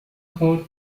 کار